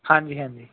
ਹਾਂਜੀ ਹਾਂਜੀ